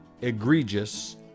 egregious